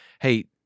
Hey